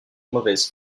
mauvaise